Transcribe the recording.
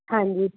ਹਾਂਜੀ